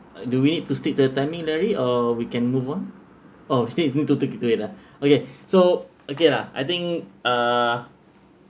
do we need to stick the timing larry or we can move on oh lah okay so okay lah I think uh